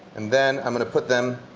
and then i'm going to put them